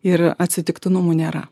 ir atsitiktinumų nėra